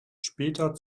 später